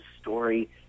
story